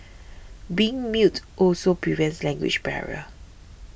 being mute also prevents language barrier